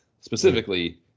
specifically